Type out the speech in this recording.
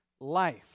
life